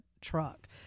truck